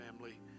family